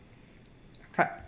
cut~